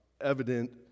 evident